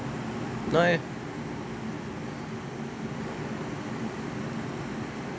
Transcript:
okay